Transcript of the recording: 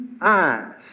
eyes